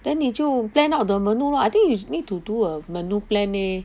then 你就 plan out the menu lah I think you need to do a menu plan leh